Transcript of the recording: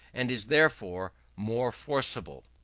and is therefore more forcible.